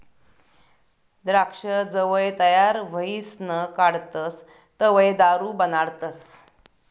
द्राक्ष जवंय तयार व्हयीसन काढतस तवंय दारू बनाडतस